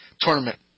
tournament